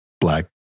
black